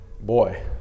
Boy